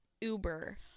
Uber